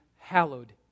hallowed